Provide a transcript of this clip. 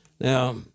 Now